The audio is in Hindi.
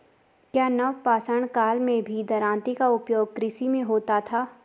क्या नवपाषाण काल में भी दरांती का उपयोग कृषि में होता था?